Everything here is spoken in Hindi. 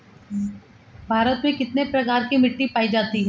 भारत में कितने प्रकार की मिट्टी पाई जाती हैं?